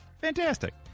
Fantastic